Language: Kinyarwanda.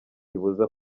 ibuza